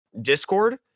Discord